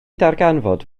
darganfod